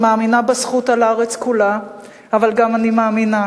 אני מאמינה בזכות על הארץ כולה אבל גם אני מאמינה